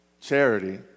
charity